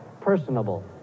personable